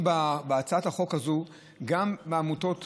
בהצעת החוק הזאת אנחנו מבקשים, גם עם העמותות